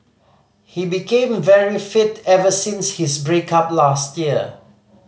he became very fit ever since his break up last year